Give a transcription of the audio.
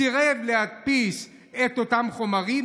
הוא סירב להדפיס את אותם חומרים.